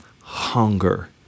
hunger